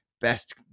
best